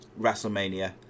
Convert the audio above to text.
WrestleMania